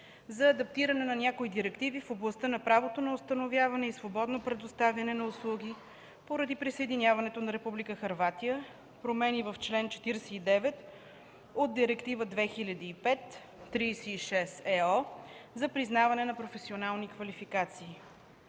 за адаптиране на някои директиви в областта на правото на установяване и свободното предоставяне на услуги поради присъединяване на Република Хърватия промени в чл. 49 от Директива 2005/36/ЕО за признаване на професионални квалификации.